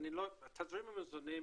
תזרים המזומנים